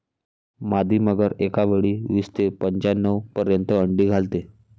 मादी मगर एकावेळी वीस ते पंच्याण्णव पर्यंत अंडी घालते